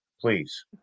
please